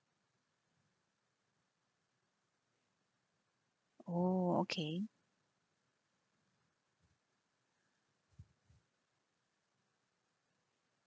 oh okay